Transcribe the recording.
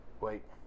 wait